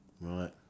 Right